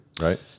right